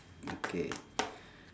okay